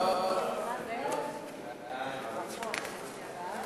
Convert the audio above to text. ההצעה להעביר